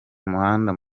umuhanda